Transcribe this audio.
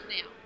now